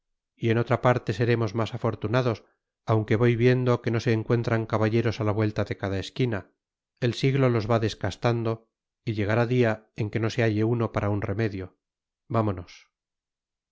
y en otra parte seremos más afortunados aunque voy viendo que no se encuentran caballeros a la vuelta de cada esquina el siglo los va descastando y llegará día en que no se halle uno para un remedio vámonos